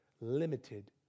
limited